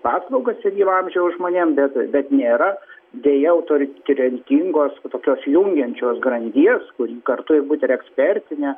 paslaugas senyvo amžiaus žmonėm bet bet nėra deja autoritrentingos to tokios jungiančios grandies kuri kartu ir būt ir ekspertinė